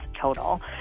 total